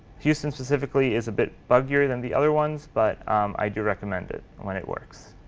houston specifically is a bit buggier than the other ones, but i do recommend it when it works.